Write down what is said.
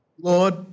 Lord